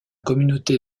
communauté